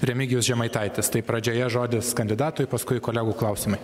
remigijus žemaitaitis tai pradžioje žodis kandidatui paskui kolegų klausimai